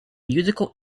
musical